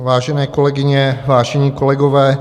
Vážené kolegyně, vážení kolegové.